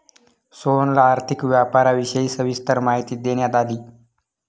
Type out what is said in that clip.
सोहनला आर्थिक व्यापाराविषयी सविस्तर माहिती देण्यात आली